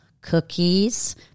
cookies